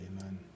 Amen